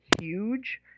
huge